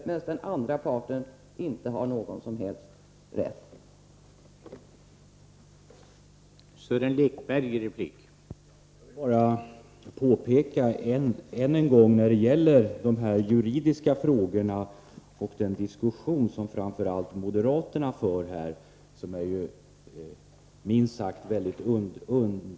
Men den andra parten har ingen som helst glädje i detta avseende.